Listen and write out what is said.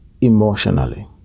emotionally